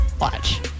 Watch